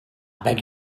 beg